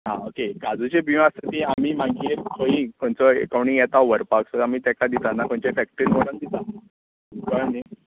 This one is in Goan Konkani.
आं ओके काजूच्यो बियो आसता तीं आमी मागीर खंयूय कोणूय येता व्हरपाक सो आमी तेंकां दितात ना खंयच्या फॅक्ट्रींत व्हरोन दिता कळ्ळें न्ही